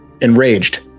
Enraged